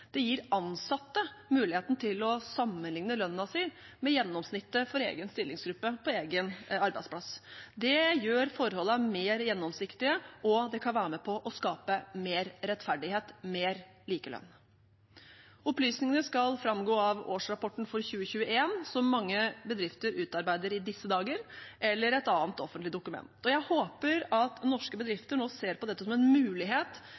Det gir ansatte muligheten til å sammenlikne lønnen sin med gjennomsnittet for egen stillingsgruppe på egen arbeidsplass. Det gjør forholdene mer gjennomsiktige, og det kan være med på å skape mer rettferdighet, mer likelønn. Opplysningene skal framgå av årsrapporten for 2021, som mange bedrifter utarbeider i disse dager, eller et annet offentlig dokument, og jeg håper at norske bedrifter nå ser på dette som en mulighet